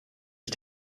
ich